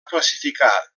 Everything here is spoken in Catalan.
classificar